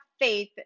faith